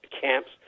camps